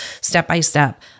step-by-step